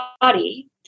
body